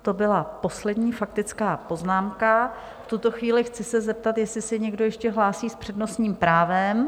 To byla poslední faktická poznámka, v tuto chvíli chci se zeptat, jestli se někdo ještě hlásí s přednostním právem?